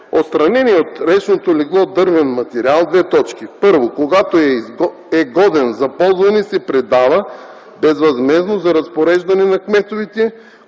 Отстраненият от речното легло дървен материал: 1. когато е годен за ползване, се предава безвъзмездно за разпореждане на кметовете,